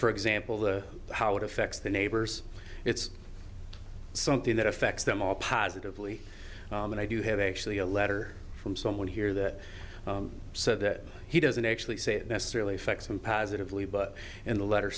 for example the how it effects the neighbors it's something that affects them all positively and i do have actually a letter from someone here that said that he doesn't actually say it necessarily affects him positively but in the letter